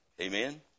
Amen